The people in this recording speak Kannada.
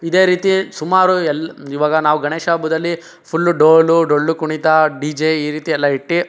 ಇದೇ ರೀತಿ ಸುಮಾರು ಎಲ್ಲ ಈವಾಗ ನಾವು ಗಣೇಶ ಹಬ್ಬದಲ್ಲಿ ಫುಲ್ಲು ಡೋಲು ಡೊಳ್ಳುಕುಣಿತ ಡಿ ಜೆ ಈ ರೀತಿ ಎಲ್ಲ ಇಟ್ಟು